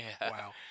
Wow